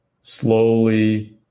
slowly